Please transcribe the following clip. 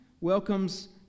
welcomes